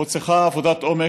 פה צריך עבודת עומק.